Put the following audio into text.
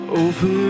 over